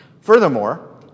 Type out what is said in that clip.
Furthermore